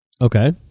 Okay